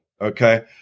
Okay